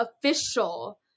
Official